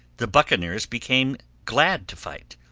the buccaneers became glad to fight,